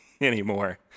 anymore